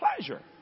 pleasure